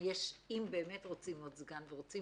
אם באמת רוצים עוד סגן ורוצים